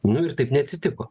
nu ir taip neatsitiko